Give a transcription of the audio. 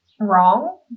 wrong